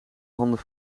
handen